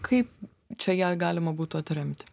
kaip čia ją galima būtų atremti